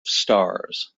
stars